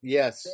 Yes